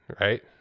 right